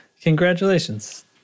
Congratulations